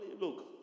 look